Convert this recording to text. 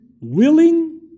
willing